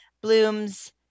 blooms